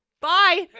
Bye